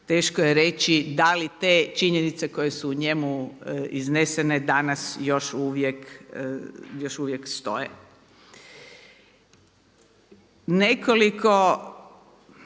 teško je reći da li te činjenice koje su u njemu iznesene danas još uvijek stoje. Nekoliko